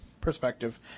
perspective